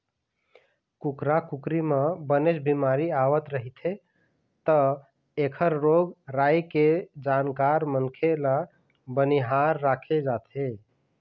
कुकरा कुकरी म बनेच बिमारी आवत रहिथे त एखर रोग राई के जानकार मनखे ल बनिहार राखे जाथे